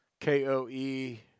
K-O-E